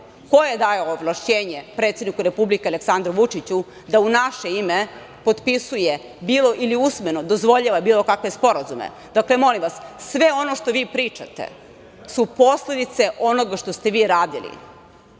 Ko je dao ovlašćenje predsedniku Aleksandru Vučiću da u naše ime potpisuje ili usmeno dozvoljava bilo kakve sporazume? Dakle, molim vas, sve ono što vi pričate su posledice onoga što ste vi radili,